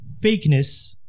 fakeness